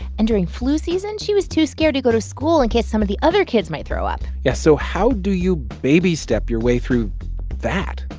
and during flu season, she was too scared to go to school in case some of the other kids might throw up yeah, so how do you baby step your way through that?